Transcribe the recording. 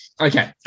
Okay